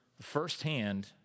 firsthand